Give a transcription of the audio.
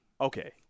okay